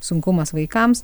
sunkumas vaikams